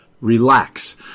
relax